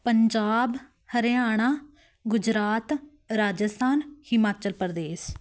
Punjab Haryana Gujarat Rajasthan Himachal Pradesh